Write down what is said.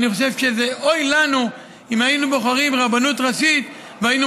אוי לנו אם היינו בוחרים רבנות ראשית והיינו